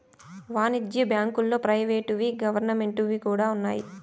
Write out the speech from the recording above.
వాణిజ్య బ్యాంకుల్లో ప్రైవేట్ వి గవర్నమెంట్ వి కూడా ఉన్నాయి